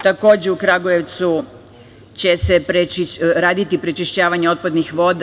Takođe, u Kragujevcu će se raditi prečišćavanje otpadnih voda.